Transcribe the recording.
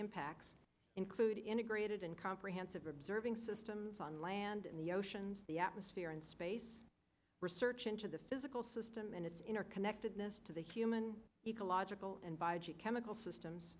impacts include integrated and comprehensive observing systems on land in the oceans the atmosphere in space research into the physical system and its interconnectedness to the human ecological and biology chemical systems